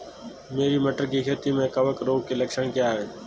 मेरी मटर की खेती में कवक रोग के लक्षण क्या हैं?